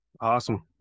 awesome